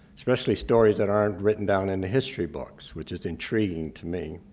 especially stories that aren't written down in the history books, which is intriguing to me.